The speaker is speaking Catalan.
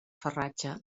farratge